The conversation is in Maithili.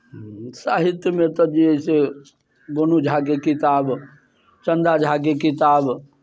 साहित्यमे तऽ जे अइ से गोनू झाके किताब चन्दा झा के किताब